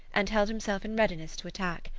and held himself in readiness to attack.